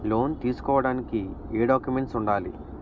Loan తీసుకోడానికి ఏయే documents వుండాలి?